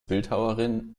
bildhauerin